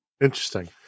Interesting